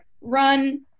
run